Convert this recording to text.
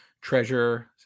treasure